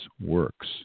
works